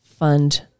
fund